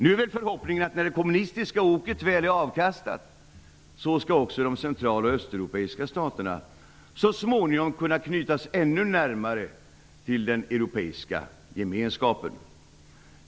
Nu när det kommunistiska oket väl är avkastat är förhoppningen den att också de central och östeuropeiska staterna så småningom skall kunna knytas ännu närmare till den europeiska gemenskapen.